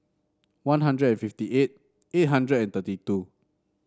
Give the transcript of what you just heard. One Hundred fifty eight eight hundred thirty two